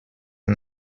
and